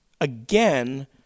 Again